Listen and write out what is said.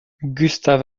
gustaf